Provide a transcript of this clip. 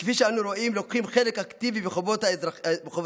שכפי שאנו רואים לוקחים חלק אקטיבי בחובות האזרחיים,